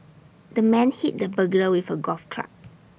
the man hit the burglar with A golf club